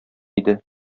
иде